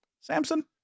Samson